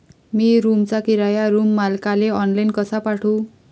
मी रूमचा किराया रूम मालकाले ऑनलाईन कसा पाठवू?